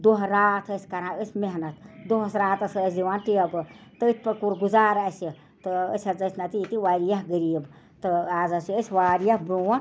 دۄہ رات ٲسۍ کَران أسۍ محنت دۄہس راتس ٲسۍ دِوان ٹٮ۪بہٕ تٔتھۍ پٮ۪ٹھ گُزار اَسہِ تہٕ أسۍ حظ ٲسۍ نَتہٕ ییٚتہِ وارِیاہ غریٖب تہٕ آز حظ چھِ أسۍ وارِیاہ برونٹھ